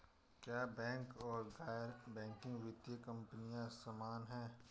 क्या बैंक और गैर बैंकिंग वित्तीय कंपनियां समान हैं?